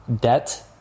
debt